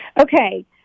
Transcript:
Okay